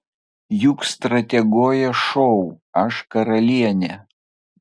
juk strateguoja šou aš karalienė